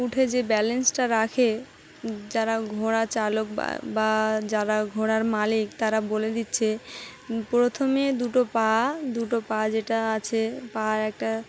উঠে যে ব্যালেন্সটা রাখে যারা ঘোড়া চালক বা বা যারা ঘোড়ার মালিক তারা বলে দিচ্ছে প্রথমে দুটো পা দুটো পা যেটা আছে পা একটা